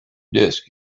disk